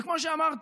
וכמו שאמרתי,